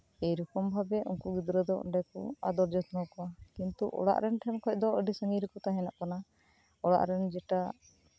ᱮᱭ ᱨᱚᱠᱚᱢ ᱵᱷᱟᱵᱮ ᱱᱩᱠᱩ ᱜᱤᱫᱽᱨᱟᱹ ᱫᱚ ᱚᱸᱰᱮ ᱠᱚ ᱟᱫᱚᱨ ᱡᱚᱛᱱᱱᱚ ᱠᱚᱣᱟ ᱠᱤᱱᱛᱩ ᱚᱲᱟᱜ ᱨᱮᱱ ᱦᱚᱲ ᱴᱷᱮᱱ ᱠᱷᱚᱱ ᱫᱚ ᱟᱹᱰᱤ ᱥᱟᱹᱜᱤᱧ ᱨᱮ ᱠᱚ ᱛᱟᱦᱮᱱᱚᱜ ᱠᱟᱱᱟ ᱚᱲᱟᱜ ᱨᱮᱱ ᱡᱮᱴᱟ